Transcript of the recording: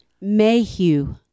Mayhew